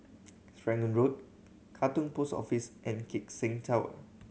Serangoon Road Katong Post Office and Keck Seng Tower